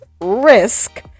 risk